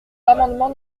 l’amendement